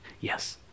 Yes